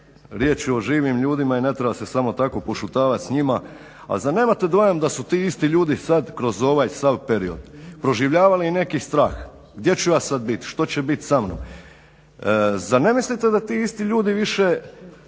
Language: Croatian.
riječ je o živim ljudima i ne treba se samo tako pošutavat s njima, a zar nemate dojam da su sad ti isti ljudi sad kroz ovaj sav period proživljavali neki strah, gdje ću ja sad bit, što će biti samnom? Zar ne mislite da ti isti ljudi više